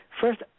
first